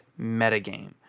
metagame